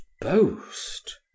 boast